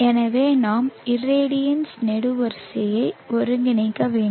எனவே நாம் irradiance நெடுவரிசையை ஒருங்கிணைக்க வேண்டும்